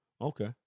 Okay